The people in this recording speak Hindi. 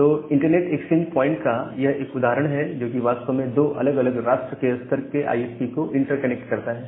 तो इंटरनेट एक्सचेंज पॉइंट का यह एक उदाहरण है जो कि वास्तव में दो अलग अलग राष्ट्र के स्तर के आईएसपी को इंटरकनेक्ट करता है